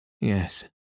Yes